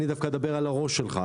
אני דווקא אדבר על הראש שלך.